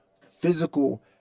physical